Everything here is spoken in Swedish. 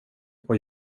och